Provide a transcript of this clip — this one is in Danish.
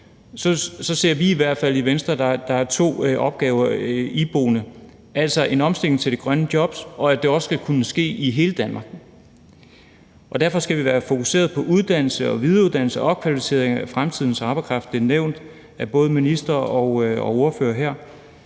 vi ser i hvert fald i Venstre, at der er to iboende opgaver, altså en omstilling til de grønne jobs, og at det også skal kunne ske i hele Danmark, og derfor skal vi være fokuserede på uddannelse og videreuddannelse og opkvalificering af fremtidens arbejdskraft. Det er nævnt af både ministeren og af ordførere her,